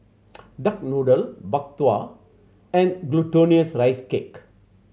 duck noodle Bak Kwa and Glutinous Rice Cake